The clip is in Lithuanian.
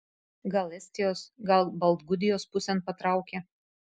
gal estijos gal baltgudijos pusėn patraukė